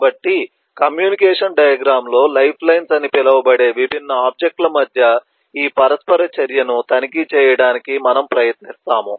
కాబట్టి communication diagram లో lifelines అని పిలువబడే విభిన్న ఆబ్జెక్ట్ ల మధ్య ఈ పరస్పర చర్యను తనిఖీ చేయడానికి మనము ప్రయత్నిస్తాము